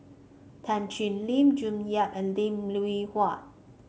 Tan Thoon Lip June Yap and Lim Hwee Hua